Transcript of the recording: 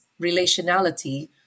relationality